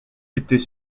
était